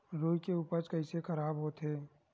रुई के उपज कइसे खराब होथे?